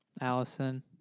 Allison